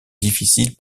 difficiles